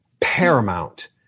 paramount